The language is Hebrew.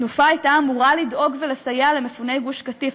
"תנופה" הייתה אמורה לדאוג ולסייע למפוני גוש-קטיף.